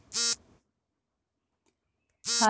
ಹಾಲಿನ ಮೌಲ್ಯವರ್ಧನೆ ಮಾಡುವ ವಿಧಾನಗಳೇನು?